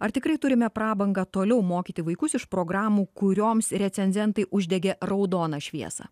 ar tikrai turime prabangą toliau mokyti vaikus iš programų kurioms recenzentai uždegė raudoną šviesą